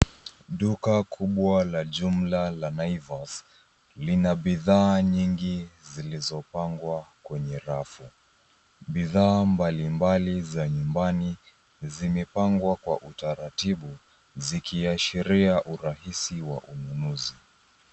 Duka kubwa la jumla na Naivas lina bidhaa nyingi zilizopangwa kwenye rafu. Bidhaa mbalimbali za nyumbani zimepangwa kwa utaratibu zikiashiria urahisi wa ununuzi.